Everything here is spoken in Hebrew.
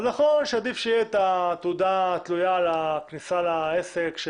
נכון שעדיף שתהיה התעודה שתלויה בכניסה לעסק.